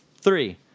Three